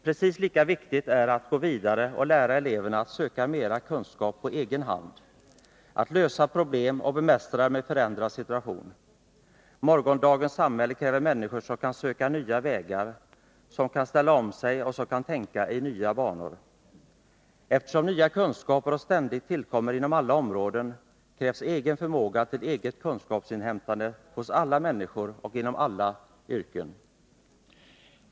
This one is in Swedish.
Precis lika viktigt är att gå vidare och lära eleverna att söka mera kunskap på egen hand, att lösa problem och att bemästra dem i en förändrad situation. Morgondagens samhälle kräver människor som kan söka nya vägar, som kan ställa om sig och som kan tänka i nya banor. Eftersom nya kunskaper ständigt tillkommer inom alla områden krävs egen förmåga till eget kunskapsinhämtande hos alla människor och inom alla yrken.